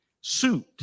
suit